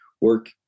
work